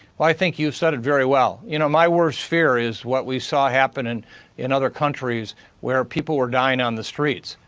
but i think you said it very well. you know my worse fear is what we saw happening in other countries where people are dyeing on the streets.